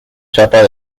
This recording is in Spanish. chapa